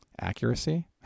accuracy